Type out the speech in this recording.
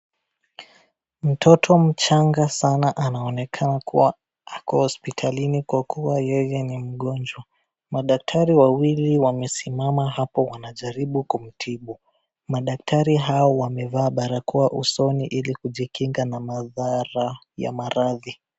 Mtoto mchanga sana anaonekana kuwa ako hospitalini kwa kuwa yeye ni mgonjwa, madaktari wawili wamesimama hapo wanajaribu kumtibu. Madaktari hao wamevaa barakoa usoni ili kujikinga na madhara ya maradhi.